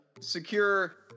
secure